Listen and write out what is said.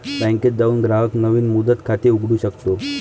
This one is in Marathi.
बँकेत जाऊन ग्राहक नवीन मुदत खाते उघडू शकतो